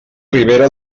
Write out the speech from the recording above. ribera